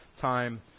time